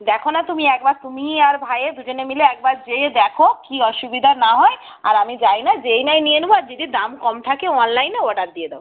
দেখো না তুমি একবার তুমি আর ভাইয়ে দুজনে মিলে একবার গিয়ে দেখো কী অসুবিধা না হয় আর আমি যাই না গিয়ে না হয় নিয়ে নেব আর যদি দাম কম থাকে অনলাইনে অর্ডার দিয়ে দাও